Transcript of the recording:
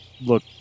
look